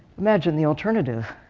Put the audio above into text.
imagine the alternative.